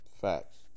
Facts